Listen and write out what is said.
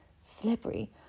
slippery